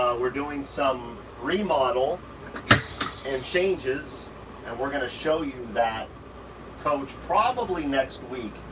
we're doing some remodel and changes. and we're gonna show you that coach probably next week.